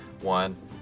One